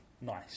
nice